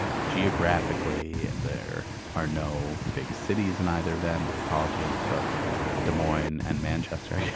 ah geographically. there are no big cities in either of them with apologies to both des moines and manchester. yeah